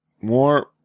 more